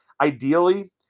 Ideally